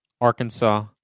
Arkansas